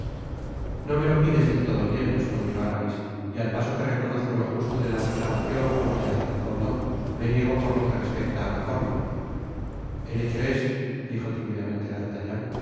no me lo pides del todo bien respondió aramis y al paso que reconozco lo justo de la reclamacion por lo que hace al fondo me niego por lo que respecta á la forma el hecho es dijo timidamente d